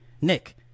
Nick